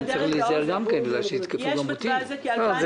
רק לסבר את האוזן.